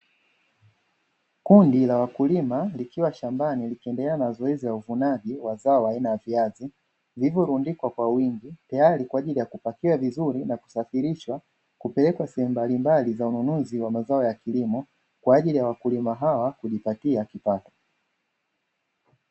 Kundi la wakulima wakiwa shambani wakiendelea na zoezi la uvunaji zao aina ra viazi vilivyorundikwa kwa wingi tayari kabla ya kupakiwa kupelekwa sehemu mbalimbali za wanunuzi tayari kwa wakulima hawa kujipatia kipato.